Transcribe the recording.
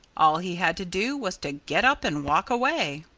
all he had to do was to get up and walk away.